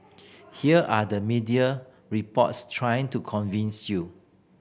here are the media reports trying to convince you